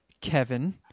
Kevin